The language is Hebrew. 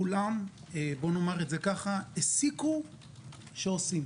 כולם, נאמר את זה כך, הסיקו שעושים.